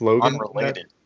unrelated